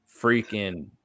freaking